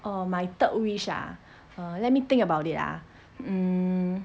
oh my third wish ah let me think about it ah um